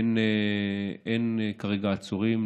אין כרגע עצורים.